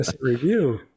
review